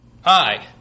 Hi